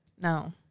No